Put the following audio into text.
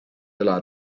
üle